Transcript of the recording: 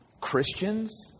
Christians